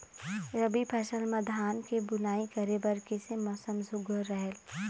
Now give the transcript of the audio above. रबी फसल म धान के बुनई करे बर किसे मौसम सुघ्घर रहेल?